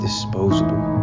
Disposable